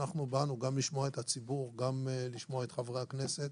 באנו גם לשמוע את הציבור וגם לשמוע את חברי הכנסת.